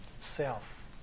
Self